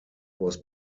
was